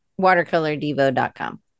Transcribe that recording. watercolordevo.com